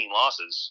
losses